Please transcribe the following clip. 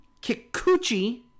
Kikuchi